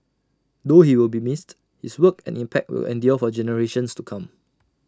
though he will be missed his work and impact will endure for generations to come